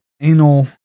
anal